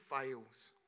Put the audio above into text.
fails